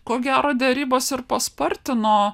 ko gero derybos ir paspartino